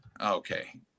Okay